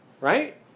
right